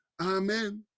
amen